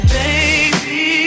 baby